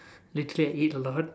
literally I ate a lot